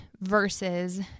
verses